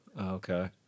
Okay